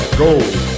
gold